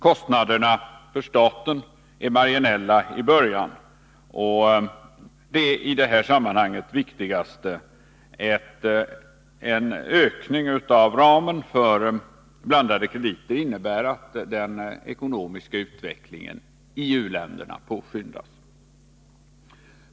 Kostnaderna för staten är marginella i början. Och, det i sammanhanget viktigaste, en ökning av ramen för blandade krediter innebär att den ekonomiska utvecklingen i u-länderna påskyndas.